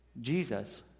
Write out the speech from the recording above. Jesus